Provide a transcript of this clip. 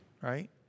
right